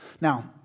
Now